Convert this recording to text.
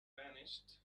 vanished